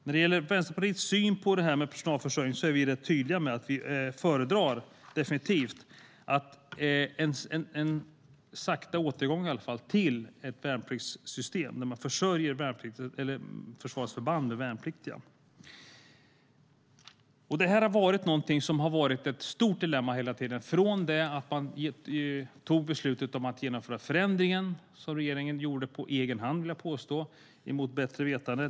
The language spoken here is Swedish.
När det gäller Vänsterpartiets syn på personalförsörjningen är vi rätt tydliga med att vi definitivt föredrar en sakta återgång till ett värnpliktssystem, där man försörjer försvarets förband med värnpliktiga. Det här har varit ett stort dilemma hela tiden, från det att man tog beslutet om att genomföra förändringen, som jag vill påstå att regeringen gjorde på egen hand mot bättre vetande.